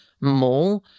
more